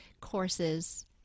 courses